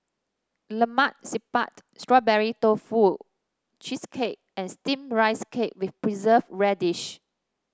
Lemak Siput Strawberry Tofu Cheesecake and steamed Rice Cake with Preserved Radish